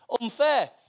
Unfair